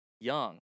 Young